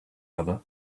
other